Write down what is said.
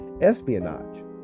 espionage